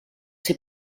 ses